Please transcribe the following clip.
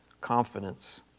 confidence